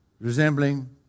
Resembling